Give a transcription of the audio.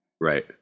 right